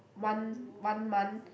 one one month